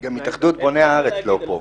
--- גם התאחדות בוני הארץ לא פה.